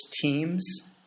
teams